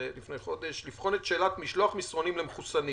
לפני חודש לבחון את שאלת משלוח מסרונים למחוסנים,